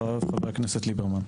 אחריו חבר הכנסת ליברמן.